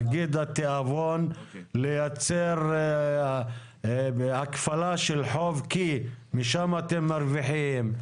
נגיד התיאבון לייצר הכפלה של חוב כי משם אתם מרוויחים,